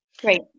Great